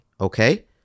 okay